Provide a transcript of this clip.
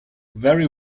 very